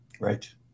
Right